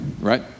right